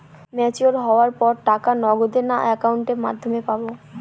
Mature হওয়ার পর টাকা নগদে না অ্যাকাউন্টের মাধ্যমে পাবো?